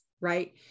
right